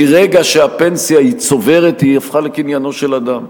מרגע שהפנסיה היא צוברת היא הפכה לקניינו של אדם.